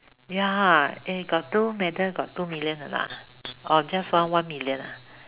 ya eh got two medal got two million or not ah or just want one million ah